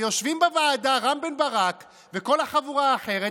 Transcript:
ויושבים בוועדה רם בן ברק וכל החבורה האחרת,